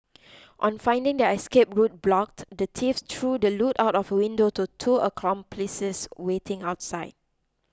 on finding their escape route blocked the thieves threw the loot out of a window to two accomplices waiting outside